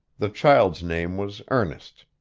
the child's name was ernest.